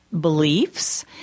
beliefs